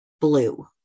blue